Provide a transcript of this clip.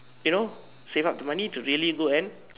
you know save up the money to really go and